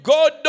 God